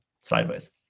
sideways